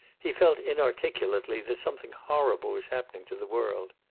he felt inarticulately that something horrible was happening to the world.